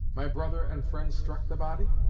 my brother and friend struck the body?